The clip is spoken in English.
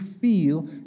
feel